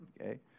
okay